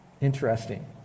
Interesting